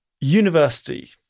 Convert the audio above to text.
University